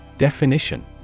Definition